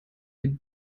den